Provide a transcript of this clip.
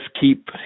keep